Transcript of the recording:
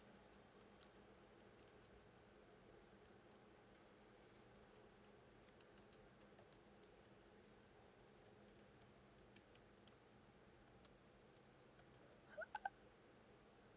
uh